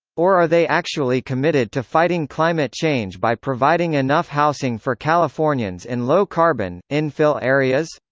or are they actually committed to fighting climate change by providing enough housing for californians in low-carbon, infill areas?